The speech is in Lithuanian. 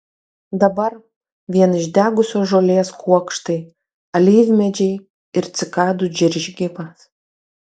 dabar vien išdegusios žolės kuokštai alyvmedžiai ir cikadų džeržgimas